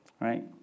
right